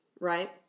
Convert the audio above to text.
right